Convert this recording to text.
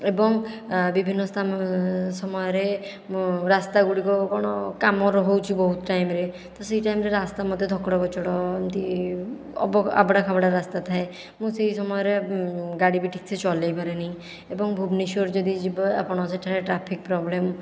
ଏବଂ ବିଭିନ୍ନ ସମୟରେ ରାସ୍ତାଗୁଡ଼ିକ କ'ଣ କାମ ରହୁଛି ବହୁତ ଟାଇମ୍ରେ ତ ସେହି ଟାଇମ୍ରେ ରାସ୍ତା ମଧ୍ୟ ଧକଡ଼ କଚଡ଼ ଏମିତି ଆବଡ଼ା ଖାବଡ଼ା ରାସ୍ତା ଥାଏ ମୁଁ ସେହି ସମୟରେ ଗାଡ଼ି ବି ଠିକ୍ସେ ଚଳାଇପାରେନାହିଁ ଏବଂ ଭୁବନେଶ୍ୱର ଯଦି ଯିବେ ଆପଣ ସେଠାରେ ଟ୍ରାଫିକ୍ ପ୍ରୋବ୍ଲେମ୍